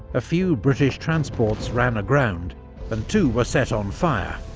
a few british transports ran aground and two were set on fire,